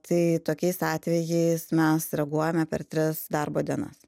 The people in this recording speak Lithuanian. tai tokiais atvejais mes reaguojame per tris darbo dienas